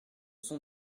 sont